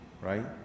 right